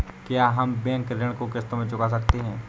क्या हम बैंक ऋण को किश्तों में चुका सकते हैं?